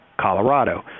Colorado